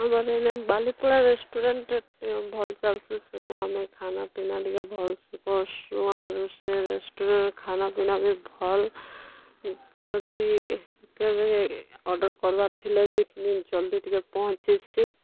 ଆମର୍ ଇନେ ବାଲିପଡ଼ା ରେଷ୍ଟୁରାଣ୍ଟ୍ ଭଲ୍ ଚାଲ୍ସି ସେନେ ଆମେ ଖାନାପିନା ଟିକେ ଭଲ୍ସେ କର୍ସୁଁ ଆର୍ ସେ ରେଷ୍ଟୁରାଣ୍ଟ୍ ର ଖାନାପିନା ବି ଭଲ୍ ଯଦି କେବେ ଅର୍ଡ଼ର୍ କର୍ବାର୍ ଥିଲେ ବି ଜଲ୍ଦି ଟିକେ ପହଁଞ୍ଚିସି